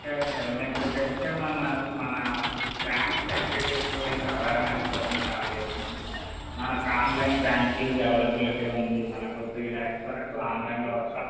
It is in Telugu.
లేదు లేదు మీకు జస్ట్ ఏమైనా మన బ్యాంక్ ఫెసిలిటీస్ గురించి అవేర్నెస్ కోసం కాల్ చేసాము మనకు ఆన్లైన్ బ్యాంకింగ్ అవైలబిలిటీ ఉంది మనకు త్రీ లాక్స్ వరకు ఆన్లైన్లో